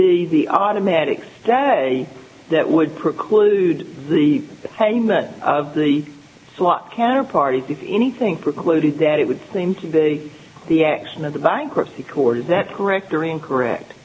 be the automatic stay that would preclude the payment of the slot can or parties if anything precluded that it would seem to be the action of the bankruptcy court is that correct or incorrect